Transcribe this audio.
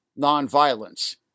nonviolence